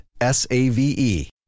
S-A-V-E